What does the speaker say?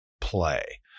play